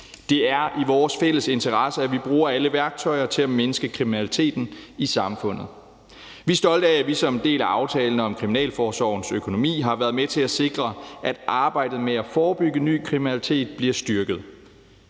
Det er i vores fælles interesse, at vi bruger alle værktøjer til at mindske kriminaliteten i samfundet. Vi er stolte af, at vi som en del af aftalen om Kriminalforsorgens økonomi har været med til at sikre, at arbejdet med at forebygge ny kriminalitet bliver styrket.